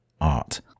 art